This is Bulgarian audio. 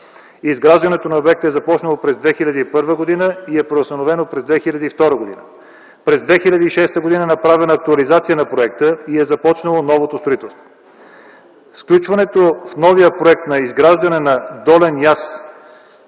Изграждането на обекта е започнало през 2001 г. и е преустановено през 2002 г. През 2006 г. е направена актуализация на проекта и е започнало новото строителство. С включването в новия проект на изграждане на долен яз